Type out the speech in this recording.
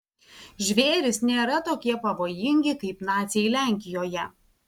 žvėrys nėra tokie pavojingi kaip naciai lenkijoje